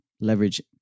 leverage